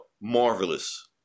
marvelous